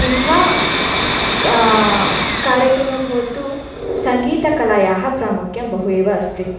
किं वा का कार्यक्रमे भवतु सङ्गीतकलायाः प्रामुख्यं बहु एव अस्ति